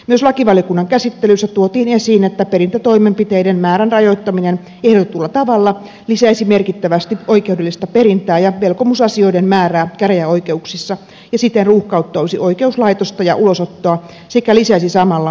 myös lakivaliokunnan käsittelyssä tuotiin esiin että perintätoimenpiteiden määrän rajoittaminen ehdotetulla tavalla lisäisi merkittävästi oikeudellista perintää ja velkomusasioiden määrää käräjäoikeuksissa ja siten ruuhkauttaisi oikeuslaitosta ja ulosottoa sekä lisäisi samalla maksuhäiriömerkintöjen määrää